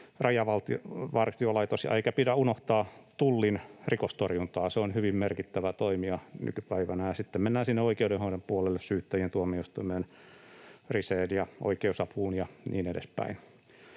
Rajavartio-laitos, eikä pidä unohtaa Tullin rikostorjuntaa. Se on hyvin merkittävä toimija nykypäivänä. Ja sitten mennään sinne oikeudenhoidon puolelle syyttäjiin, tuomioistuimeen, Riseen ja oikeusapuun ja niin edespäin.